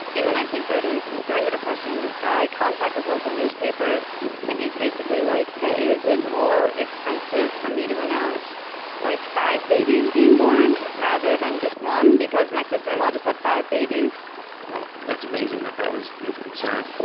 in the nineteen thirty s, it was during the depression. this guy contacts his local newspaper and he's basically like, hey, is it more expensive for me to announce like five babies being born rather than just one because my sister-in-law just had five that's amazing that that was his concern